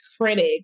critic